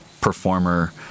performer